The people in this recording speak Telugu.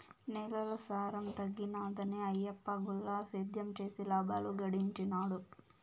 నేలల సారం తగ్గినాదని ఆయప్ప గుల్ల సేద్యం చేసి లాబాలు గడించినాడు